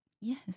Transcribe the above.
Yes